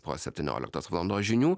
po septynioliktos valandos žinių